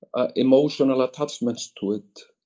an emotional attachment to it.